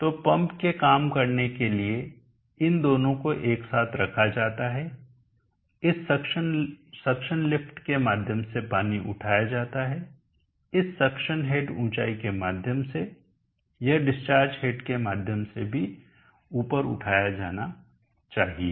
तो पंप के काम करने के लिए इन दोनों को एक साथ रखा जाता है इस सक्शन लिफ्ट के माध्यम से पानी उठाया जाता है इस सक्शन हेड ऊंचाई के माध्यम से यह डिस्चार्ज हेड के माध्यम से भी ऊपर उठाया जाना चाहिए